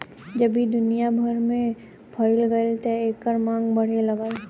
जब ई दुनिया भर में फइल गईल त एकर मांग बढ़े लागल